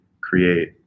create